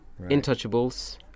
Intouchables